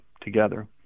together